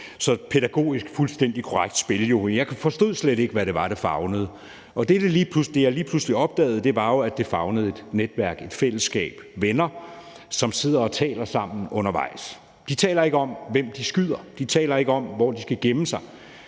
er pædagogisk jo et fuldstændig korrekt spil. Jeg forstod slet ikke, hvad det var, det favnede, og det, jeg lige pludselig opdagede, var jo, at det favnede et netværk, et fællesskab, venner, som sidder og taler sammen undervejs. De taler ikke om, hvem de skyder; de taler ikke om, hvor de skal gemme sig;